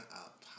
Up